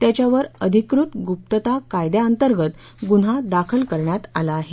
त्यांच्यावर अधिकृत गुप्तता कायद्या अंतर्गत गुन्हा दाखल करण्यात आला आहे